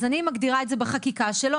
אז אני מגדירה את זה בחקיקה שלא,